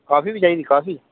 काफी बी चाहिदी काफी